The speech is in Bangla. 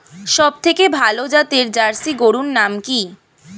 সবথেকে ভালো জাতের জার্সি গরুর নাম কি?